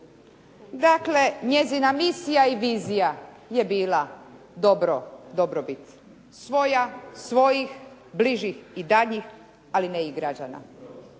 Dakle, njezina misija i vizija je bila dobrobit svoja, svojih, bližih i daljnjih ali ne i građana.